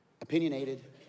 Opinionated